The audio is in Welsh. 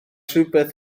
rhywbeth